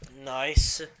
Nice